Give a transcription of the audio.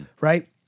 right